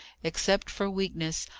except for weakness,